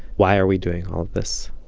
why are we doing all this?